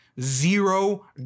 Zero